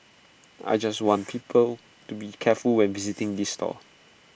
I just want people to be careful when visiting this stall